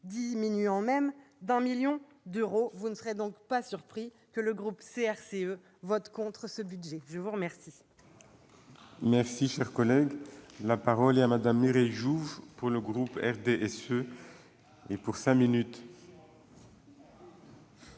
diminuant même d'un million d'euros. Vous ne serez donc pas surpris que le groupe CRCE vote contre ce budget. La parole